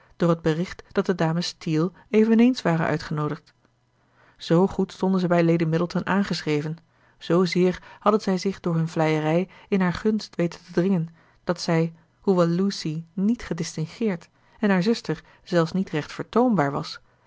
door het bericht dat de dames steele eveneens waren uitgenoodigd zoo goed stonden zij bij lady middleton aangeschreven zoozeer hadden zij zich door hun vleierij in haar gunst weten te dringen dat zij hoewel lucy niet gedistingeerd en haar zuster zelfs niet recht vertoonbaar was